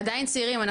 עדיין צעירים,